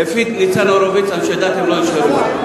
לפי ניצן הורוביץ אנשי דת הם לא אנשי רוח.